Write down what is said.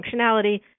functionality